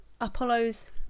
Apollo's